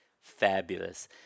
fabulous